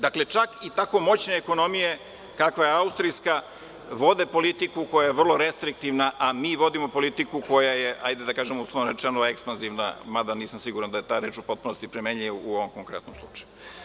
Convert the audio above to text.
Dakle, čak i tako moćne ekonomije, kakva je austrijska, vode politiku koja je vrlo restriktivna, a mi vodimo politiku koja je, da kažemo, ekspenzivna, mada nisam siguran da je ta reč u potpunosti primenjiva u ovom konkretnom slučaju.